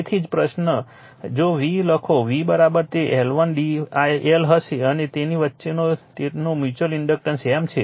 તેથી જ પ્રથમ જો v લખો v તે L1 d I હશે અને તેમની વચ્ચેનો તેમનો મ્યુચ્યુઅલ ઇન્ડક્ટર M છે